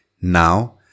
Now